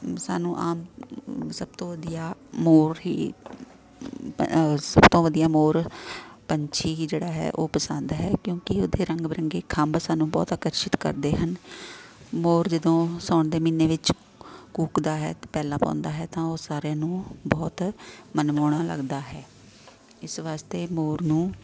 ਸਾਨੂੰ ਆਮ ਸਭ ਤੋਂ ਵਧੀਆ ਮੋਰ ਹੀ ਸਭ ਤੋਂ ਵਧੀਆ ਮੋਰ ਪੰਛੀ ਹੀ ਜਿਹੜਾ ਹੈ ਉਹ ਪਸੰਦ ਹੈ ਕਿਉਂਕਿ ਉਹਦੇ ਰੰਗ ਬਿਰੰਗੇ ਖੰਭ ਸਾਨੂੰ ਬਹੁਤ ਆਕਰਸ਼ਿਤ ਕਰਦੇ ਹਨ ਮੋਰ ਜਦੋਂ ਸਾਉਣ ਦੇ ਮਹੀਨੇ ਵਿੱਚ ਕੂਕਦਾ ਹੈ ਪੈਲਾਂ ਪਾਉਂਦਾ ਹੈ ਤਾਂ ਉਹ ਸਾਰਿਆਂ ਨੂੰ ਬਹੁਤ ਮਨਮੋਹਣਾ ਲੱਗਦਾ ਹੈ ਇਸ ਵਾਸਤੇ ਮੋਰ ਨੂੰ